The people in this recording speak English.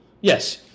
Yes